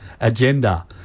agenda